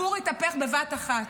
הפור התהפך בבת אחת: